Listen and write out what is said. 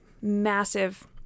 massive